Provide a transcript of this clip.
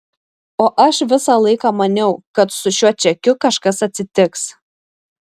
o aš visą laiką maniau kad su šiuo čekiu kažkas atsitiks